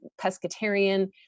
pescatarian